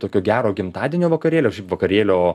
tokio gero gimtadienio vakarėlio vakarėlio